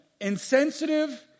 insensitive